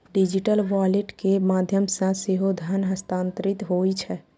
digital wallet के माध्यम सं सेहो धन हस्तांतरित होइ छै